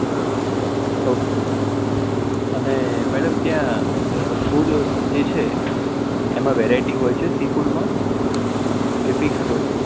બરોબર ઓકે અને મેડમ ત્યાં ફૂડ જે છે એમાં વેરાઈટી હોય છે સી ફૂડમાં કે ફિક્સ હોય છે